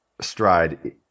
stride